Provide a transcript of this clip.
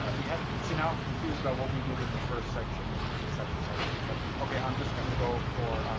um we had it. see, now i'm confused about what we did in the first section and the second session, but okay. i'm just gonna go for,